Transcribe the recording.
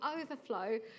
overflow